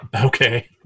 Okay